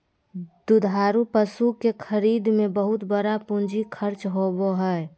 दुधारू पशु के खरीद में बहुत बड़ा पूंजी खर्च होबय हइ